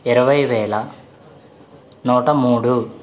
ఇరవై వేల నూట మూడు